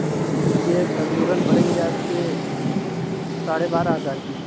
یہ تقریباً پڑیں گی آپ کے ساڑھے بارہ ہزار کی